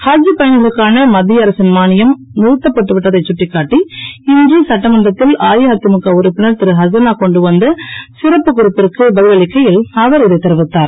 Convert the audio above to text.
ஹஜ் பயணிகளுக்கான மத்திய அரசின் மானியம் நிறுத்னதப்பட்டு விட்டதைச் கட்டிக்காட்டி இன்று சட்டமன்றத்தில் அஇஅதிமுக உறுப்பினர் திருஅசனா கொண்டுவந்த சிறப்புக் குறிப்பிற்கு பதில் அளிக்கையில் அவர் இதைத் தெரிவித்தார்